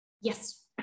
Yes